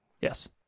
Yes